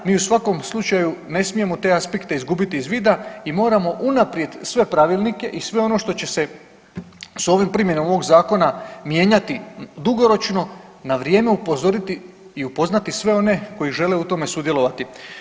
Mi u svakom slučaju ne smijemo te aspekte izgubiti iz vida i moramo unaprijed sve pravilnike i sve ono što će se s ovom primjenom ovog zakona mijenjati dugoročno, na vrijeme upozoriti i upoznati sve one koji žele u tome sudjelovati.